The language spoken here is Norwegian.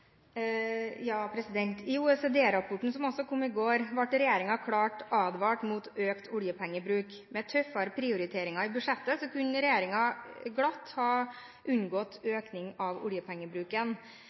I OECD-rapporten, som også kom i går, ble regjeringen klart advart mot økt oljepengebruk. Med tøffere prioriteringer i budsjettet kunne regjeringen glatt ha unngått